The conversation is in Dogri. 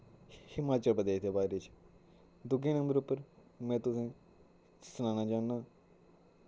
हिमाचल प्रदेश दे बारे च दूए नम्बर उप्पर में तुसें सनाना चाह्ना